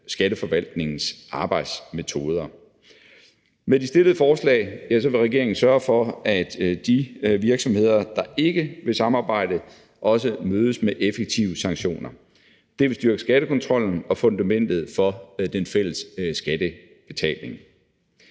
Skatteforvaltningens arbejdsmetoder. Med de stillede forslag vil regeringen sørge for, at de virksomheder, der ikke vil samarbejde, også mødes med effektive sanktioner. Det vil styrke skattekontrollen og fundamentet for den fælles skattebetaling.